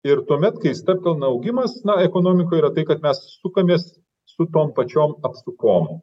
ir tuomet kai stabtelna augimas na ekonomikoj yra tai kad mes sukamės su tom pačiom apsukom